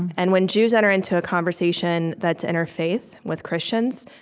and when jews enter into a conversation that's interfaith with christians,